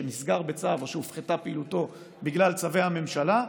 שנסגר בצו או שהופחתה פעילותו בגלל צווי הממשלה,